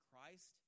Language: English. Christ